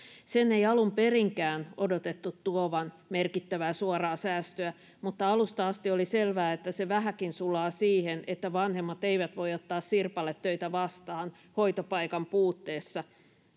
sen ei alun perinkään odotettu tuovan merkittävää suoraa säästöä mutta alusta asti oli selvää että se vähäkin sulaa siihen että vanhemmat eivät voi ottaa sirpaletöitä vastaan hoitopaikan puutteessa